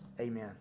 Amen